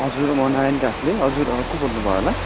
हजुर म नारायण काफ्ले हजुर अँ को बोल्नु भयो होला